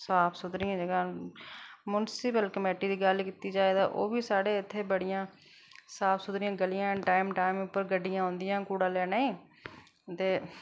साफ सुथरियां जगहां न म्युनसिपल कमेटी दी गल्ल कीती जाए ओह् बी साढ़े इत्थै बड़ियां साफ सुथरियां गलियां टैम तूं टैम पर गड्डियां औंदियां कूड़ा लैने ई ते